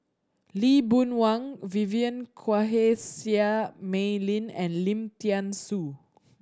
Lee Boon Wang Vivien Quahe Seah Mei Lin and Lim Thean Soo